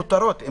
בכותרות.